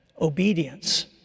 obedience